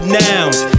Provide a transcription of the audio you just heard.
nouns